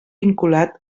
vinculat